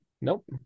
Nope